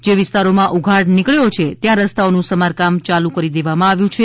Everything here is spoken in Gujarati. જે વિસ્તારોમાં ઉઘાડ નીકબ્યો છે ત્યાં રસ્તાઓનું સમારકામ ચાલુ કરી દેવામાં આવ્યું છે